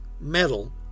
metal